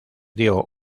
dio